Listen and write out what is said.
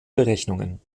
berechnungen